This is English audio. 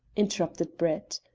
interrupted brett.